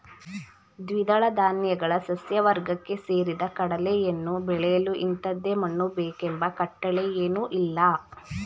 ದ್ವಿದಳ ಧಾನ್ಯಗಳ ಸಸ್ಯವರ್ಗಕ್ಕೆ ಸೇರಿದ ಕಡಲೆಯನ್ನು ಬೆಳೆಯಲು ಇಂಥದೇ ಮಣ್ಣು ಬೇಕೆಂಬ ಕಟ್ಟಳೆಯೇನೂಇಲ್ಲ